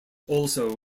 also